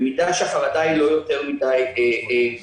במידה שהחרדה היא לא יותר מדי גדולה.